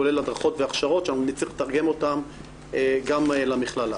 כולל הדרכות והכשרות אנחנו נצטרך לתרגם אותם גם למכללה.